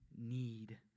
need